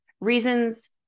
reasons